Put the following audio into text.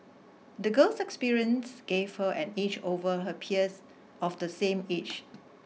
the girl's experiences gave her an edge over her peers of the same age